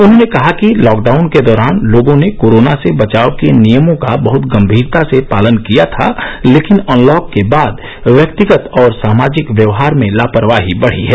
उन्होंने कहा कि लॉकडाउन के दौरान लोगों ने कोरोना से बचाव के नियमों का बह्त गंभीरता से पालन किया था लेकिन अनलॉक के बाद व्यक्तिगत और सामाजिक व्यवहार में लापरवाही बढ़ी है